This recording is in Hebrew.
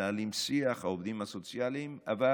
העובדים הסוציאליים מנהלים שיח,